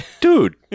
dude